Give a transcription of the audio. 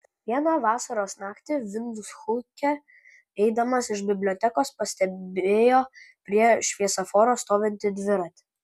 vieną vasaros naktį vindhuke eidamas iš bibliotekos pastebėjo prie šviesoforo stovintį dviratį